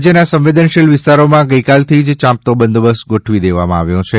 રાજ્યના સંવેદનશીલ વિસ્તારોમાં ગઇકાલથી જ યાંપતો બંદોબસ્ત ગોઠવી દેવાયો છે